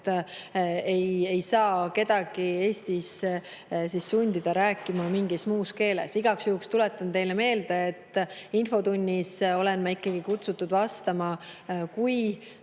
sest kedagi ei saa sundida rääkima Eestis mingis muus keeles. Igaks juhuks tuletan teile meelde, et infotundi olen ma ikkagi kutsutud vastama kui